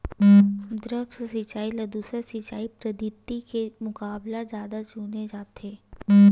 द्रप्स सिंचाई ला दूसर सिंचाई पद्धिति के मुकाबला जादा चुने जाथे